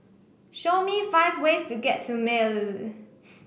show me five ways to get to Male